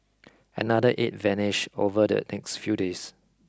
another eight vanished over the next few days